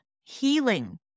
healing